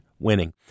winning